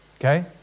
okay